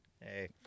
hey